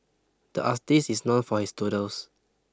the artist is known for his doodles